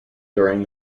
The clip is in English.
during